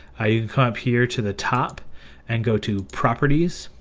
ah you come up here to the top and go to properties,